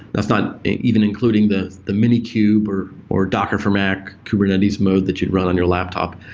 that's not even including the the minikube or or docker for mac kubernetes mode that you'd run on your laptop.